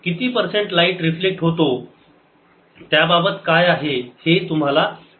किती percent light reflex होतो त्याबाबत काय आहे हे तुम्हाला माहित करायचे आहे